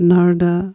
Narda